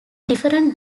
different